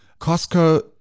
Costco